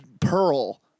pearl